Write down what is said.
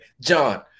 John